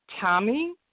Tommy